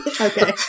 Okay